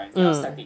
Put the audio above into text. mm